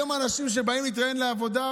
היום האנשים שבאים להתראיין לעבודה,